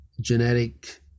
genetic